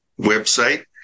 website